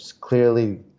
clearly